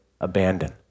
abandon